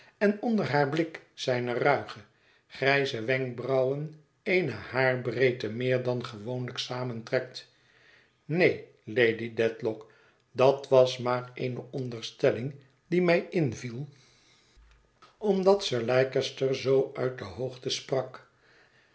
en onder haar blik zijne ruige grijze wenkbrauwen eene haarbreedte meer dan gewoonlijk samentrekt neen lady dedlock dat was maar eene onderstelling die mij inviel omdat sir leicester zoo uit de hoogte sprak